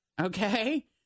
okay